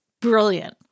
brilliant